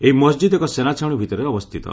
ଏହି ମହଜିଦ୍ ଏକ ସେନାଛାଉଣୀ ଭିତରେ ଅବସ୍ଥିତ